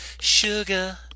Sugar